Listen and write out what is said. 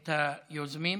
את היוזמים.